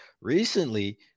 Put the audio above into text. recently